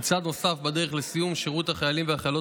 צעד נוסף בדרך לסיום שירות החיילים והחיילות